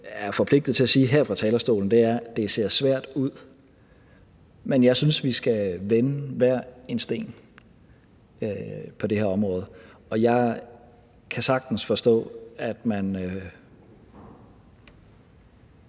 er forpligtet til at sige her fra talerstolen, er, at det ser svært ud. Men jeg synes, vi skal vende hver en sten på det her område. Jeg kan sagtens forstå, at det